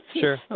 Sure